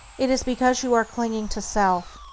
it is because you are clinging to self.